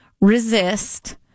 resist